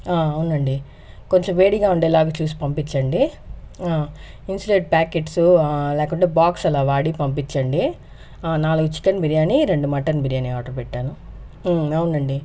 అవునండి కొంచెం వేడిగా ఉండేలాగా చూసి పంపించండి ఇన్సులేట్ ప్యాకెట్స్ లేకుంటే బాక్స్ అలా వాడి పంపించండి నాలుగు చికెన్ బిర్యానీ రెండు మటన్ బిర్యానీ ఆర్డర్ పెట్టాను అవునండి